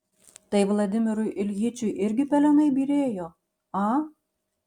tai vladimirui iljičiui irgi pelenai byrėjo a